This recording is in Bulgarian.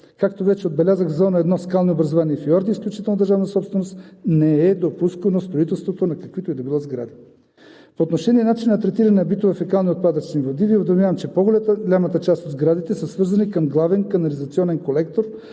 Както вече отбелязах, в Зона 1 – скални образувания и фиорди, е изключителна държавна собственост и не е допускано строителството на каквито и да било сгради. По отношение начина на третиране на битови и фекални отпадъци и води Ви уведомявам, че по-голямата част от сградите са свързани към главен канализационен колектор,